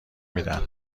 میدن